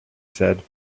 said